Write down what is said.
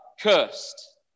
cursed